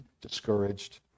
discouraged